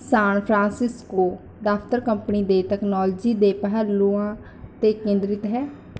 ਸਾਨ Francisco ਦਫ਼ਤਰ company ਦੇ technology ਦੇ ਪਹਿਲੂਆਂ 'ਤੇ ਕੇਂਦਰਿਤ ਹੈ